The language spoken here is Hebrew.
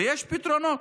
ויש פתרונות,